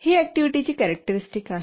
तर ही ऍक्टिव्हिटीची कैरेक्टरिस्टिक आहेत